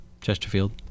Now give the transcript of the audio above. Chesterfield